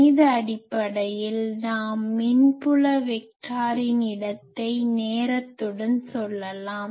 கணித அடிப்படையில் நாம் மின்புல வெக்டாரின் இடத்தை நேரத்துடன் சொல்லலாம்